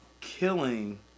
Killing